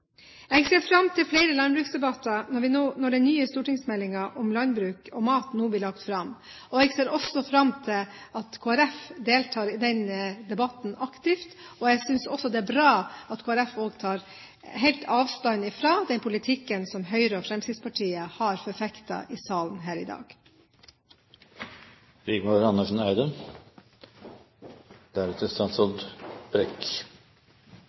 Jeg ser fram til flere landbruksdebatter når den nye stortingsmeldingen om landbruk og mat nå blir lagt fram. Jeg ser også fram til at Kristelig Folkeparti deltar i den debatten aktivt. Jeg synes også det er bra at Kristelig Folkeparti tar helt avstand fra den politikken som Høyre og Fremskrittspartiet har forfektet i salen her i